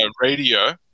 Radio